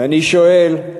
ואני שואל,